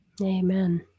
amen